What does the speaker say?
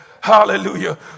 Hallelujah